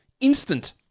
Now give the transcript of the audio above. Instant